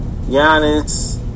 Giannis